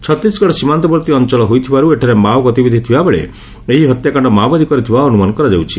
ଛତିଶଗଡ଼ ସୀମାନ୍ତବର୍ତ୍ତୀ ଅଞଳ ହୋଇଥିବାରୁ ଏଠାରେ ମାଓ ଗତିବିଧି ଥିବାବେଳେ ଏହି ହତ୍ୟାକାଣ୍ଡ ମାଓବାଦୀ କରିଥିବା ଅନୁମାନ କରାଯାଉଛି